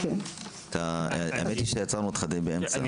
בבקשה.